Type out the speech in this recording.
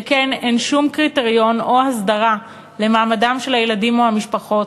שכן אין שום קריטריון או הסדרה למעמדם של הילדים ושל המשפחות.